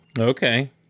Okay